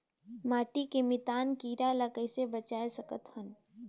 माटी के मितान कीरा ल कइसे बचाय सकत हन?